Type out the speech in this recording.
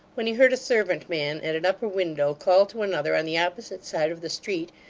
when he heard a servant-man at an upper window call to another on the opposite side of the street,